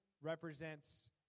represents